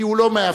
כי הוא לא מאפשר,